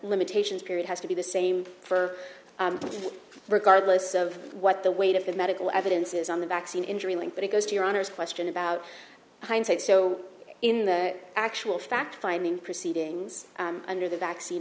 limitations period has to be the same for regardless of what the weight of the medical evidence is on the vaccine injury link but it goes to your honor's question about hindsight so in the actual fact finding proceedings under the vaccine